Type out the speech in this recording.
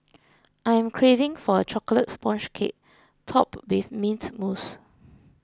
I am craving for a Chocolate Sponge Cake Topped with Mint Mousse